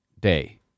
day